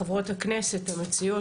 חברות הכנסת המציעות,